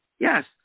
Yes